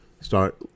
Start